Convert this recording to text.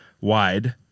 wide